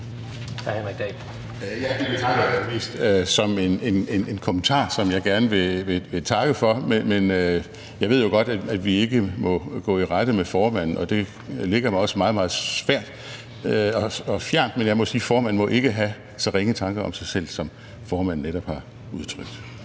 Det betragter jeg mest som en kommentar, som jeg gerne vil takke for. Men jeg ved jo godt, at vi ikke må gå i rette med formanden, og det ligger mig også meget, meget fjernt, men jeg må sige, at formanden ikke må have så ringe tanker om sig selv, som formanden netop har udtrykt.